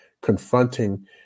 confronting